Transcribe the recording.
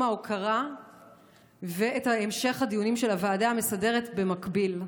ההוקרה ואת המשך הדיונים של הוועדה המסדרת במקביל.